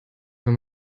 wenn